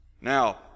Now